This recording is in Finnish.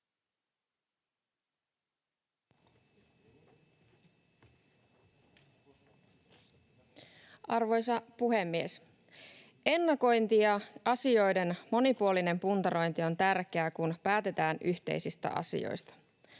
Arvoisa puhemies! Ennakointi ja asioiden monipuolinen puntarointi on tärkeää, kun päätetään yhteisistä asioista.